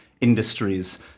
industries